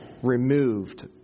removed